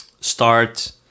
start